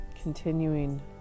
Continuing